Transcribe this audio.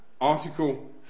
article